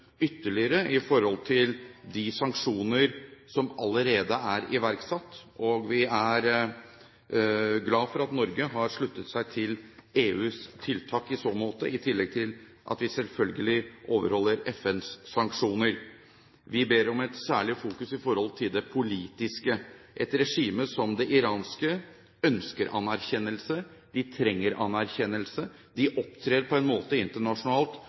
ytterligere når det gjelder de sanksjoner som allerede iverksatt, og vi er glad for at Norge har sluttet seg til EUs tiltak i så måte, i tillegg til at vi selvfølgelig overholder FNs sanksjoner. Vi ber om et særlig søkelys rettet mot det politiske. Et regime som det iranske ønsker anerkjennelse og trenger anerkjennelse. De opptrer på en måte internasjonalt